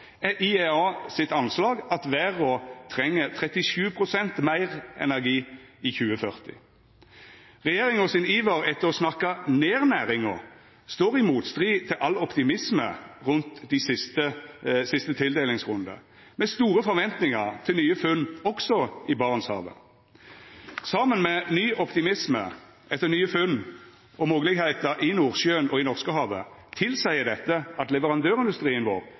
er IEA sitt anslag at verda treng 37 pst. meir energi i 2040. Regjeringa sin iver etter å snakka ned næringa står i motstrid til all optimisme rundt siste tildelingsrunde, med store forventningar til nye funn også i Barentshavet. Saman med ny optimisme etter nye funn og moglegheiter i Nordsjøen og i Norskehavet tilseier dette at leverandørindustrien vår